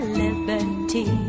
liberty